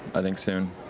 i think, soon.